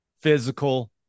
physical